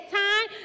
time